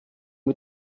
mit